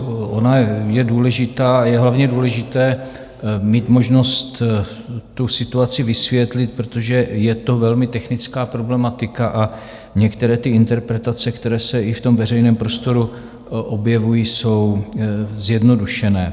Ona je důležitá, a je hlavně důležité mít možnost situaci vysvětlit, protože je to velmi technická problematika a některé interpretace, které se i ve veřejném prostoru objevují, jsou zjednodušené.